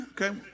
Okay